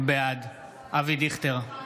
בעד אבי דיכטר,